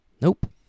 Nope